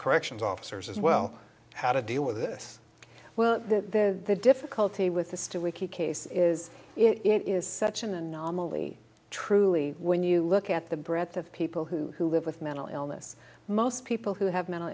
corrections officers as well how to deal with this well the the difficulty with this to ricky case is it is such an anomaly truly when you look at the breadth of people who live with mental illness most people who have mental